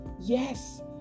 Yes